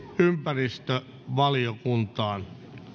ympäristövaliokuntaan